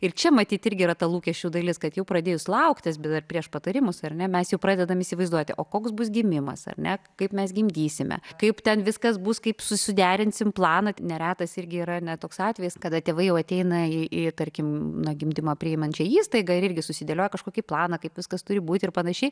ir čia matyt irgi yra ta lūkesčių dalis kad jau pradėjus lauktis bet dar prieš patarimus ar ne mes jau pradedame įsivaizduoti o koks bus gimimas ar ne kaip mes gimdysime kaip ten viskas bus kaip suderinsime planą neretas irgi yra ne toks atvejis kada tėvai jau ateina į tarkim na gimdymą priimančią įstaigą ir irgi susidėlioja kažkokį planą kaip viskas turi būti ir panašiai